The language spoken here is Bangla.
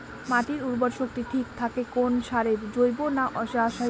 মাটির উর্বর শক্তি ঠিক থাকে কোন সারে জৈব না রাসায়নিক?